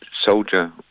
soldier